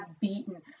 beaten